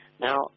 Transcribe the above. Now